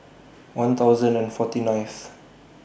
one thousand and forty nineth